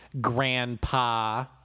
grandpa